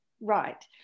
right